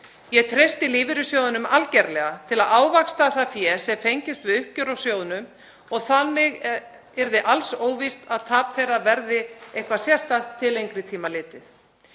Ég treysti lífeyrissjóðunum algerlega til að ávaxta það fé sem fengist við uppgjör á sjóðnum og þannig yrði alls óvíst að tap þeirra verði eitthvað sérstakt til lengri tíma litið.